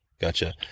Gotcha